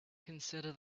consider